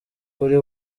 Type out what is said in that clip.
kuri